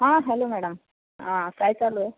हां hello madam हां काय चालू आहे